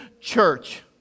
church